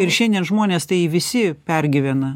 ir šiandien žmonės tai visi pergyvena